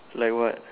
like what